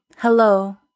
Hello